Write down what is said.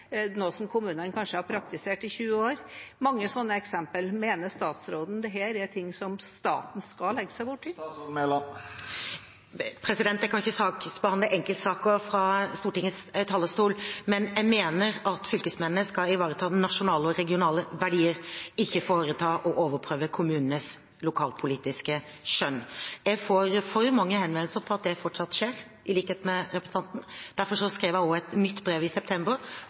kommunene kanskje har praktisert i 20 år. Det er mange sånne eksempler. Mener statsråden dette er ting som staten skal legge seg borti? Jeg kan ikke saksbehandle enkeltsaker fra Stortingets talerstol, men jeg mener at fylkesmennene skal ivareta nasjonale og regionale verdier, ikke overprøve kommunenes lokalpolitiske skjønn. Jeg får for mange henvendelser om at det fortsatt skjer, i likhet med representanten. Derfor skrev jeg i september et nytt brev